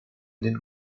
den